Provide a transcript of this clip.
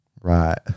Right